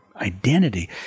identity